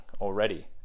already